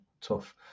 tough